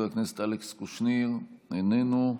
איננו, חבר הכנסת אלכס קושניר, איננו,